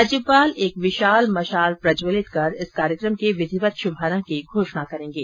राज्यपाल एक विशाल मशाल प्रज्ज्वलित कर इस कार्यक्रम के विधिवत शुभारंभ की घोषणा करेंगे